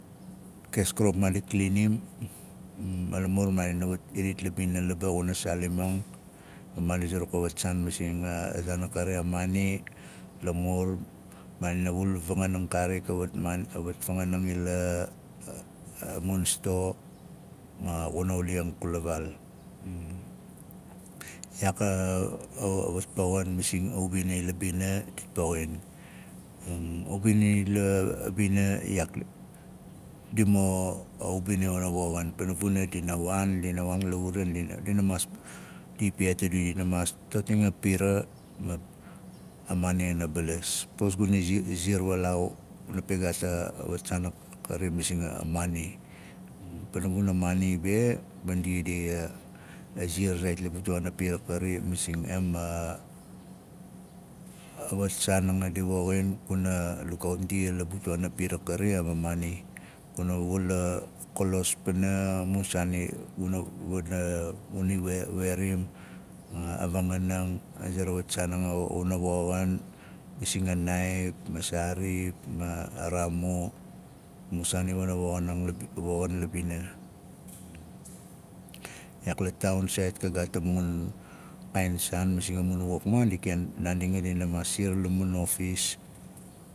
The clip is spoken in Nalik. Kes krop maadina klinim ma lamur maadina wat iriyat la bina laba xuna saalimang ma maadina zuruk a watsaan masing a zaan a kari a maana lamur maadina will a vanganing kaarik a- a wat maan a wat fanganang ila a- a a man sto ma xuna uli ang kula vaal iyaak a- a- wat poxin masing a ubina ila bina dot poxin a ubina ila- a- a bing iyaak di mo- a ubina i wana woxing pana vuna dina waan dina waan la uran diua diua maas di i piyaat a du dina maas totinga pira mak a- a maani ana balas. Pos guna iziar iziar walaau guna pe gaat a- a wat saan a kari ndi dia- a ziar zaait la butuaana pira kari masing em a- a wat saanang di a woxin kuna lugaaut ndia la butuaana pira kari em a maana guna wul a kalos pana a mu saan iwa guna i ganat we wana werimang a vanganang aze ra wat saan anga xuna i woxing masing a naaip ma saarip ma a raamu a mu saan i wana woxin la woxing la bina iyaak la taaun saait ka gaata mun kaain saan masing a mun wokman di ken naandi anga di ken siar nanga la mun ofis